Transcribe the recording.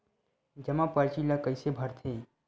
जमा परची ल कइसे भरथे?